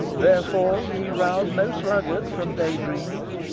therefore ye rouse no sluggard from day-dreams.